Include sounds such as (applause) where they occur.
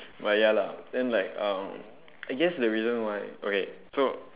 but ya lah then like um (noise) I guess the reason why okay so